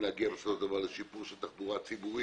להגיע בסופו של דבר לשיפור של תחבורה ציבורית.